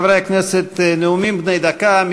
חברי הכנסת, נאומים בני דקה.